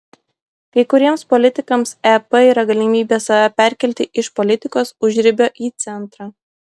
kai kuriems politikams ep yra galimybė save perkelti iš politikos užribio į centrą